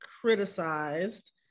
criticized